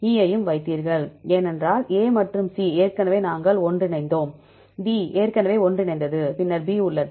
E யையும் வைத்தீர்கள் ஏனென்றால் A மற்றும் C ஏற்கனவே நாங்கள் ஒன்றிணைந்தோம் D ஏற்கனவே ஒன்றிணைந்தது பின்னர் B உள்ளது